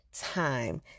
time